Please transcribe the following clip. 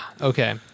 Okay